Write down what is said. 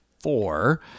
four